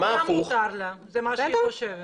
והפוך גם מותר לה, זה מה שהיא חושבת.